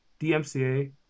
DMCA